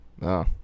No